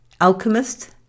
alchemist